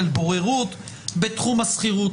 של בוררות בתחום השכירות?